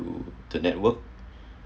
to the network